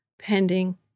pending